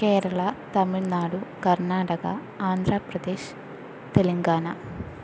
Kerala Tamil Nadu Karnataka Andhra Pradesh Telangana